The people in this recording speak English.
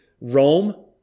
Rome